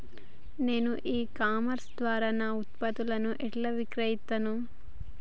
నేను e commerce ద్వారా నా ఉత్పత్తులను ఎట్లా విక్రయిత్తను?